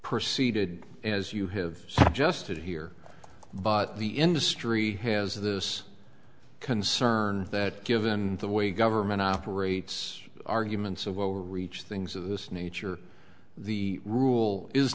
proceeded as you have suggested here but the industry has this concern that given the way government operates arguments of overreach things of this nature the rule is